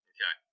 Okay